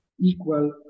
equal